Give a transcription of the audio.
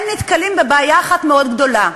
נתקלים בבעיה אחת מאוד גדולה,